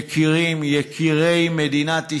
יקירים, יקירי מדינת ישראל,